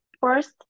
First